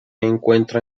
encuentra